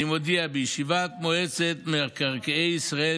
אני מודיע שבישיבת מועצת מקרקעי ישראל,